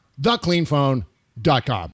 thecleanphone.com